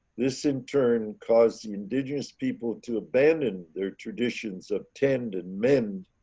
this in turn, and caused the indigenous people to abandon their traditions of tend and mend